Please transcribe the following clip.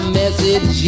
message